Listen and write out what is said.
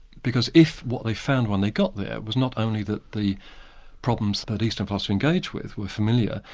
because if what they found when they got there was not only that the problems that eastern philosophy engage with were familiar,